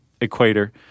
equator